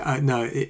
No